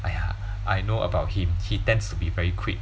!aiya! I know about him he tends to be very quick